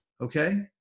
Okay